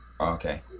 Okay